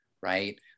right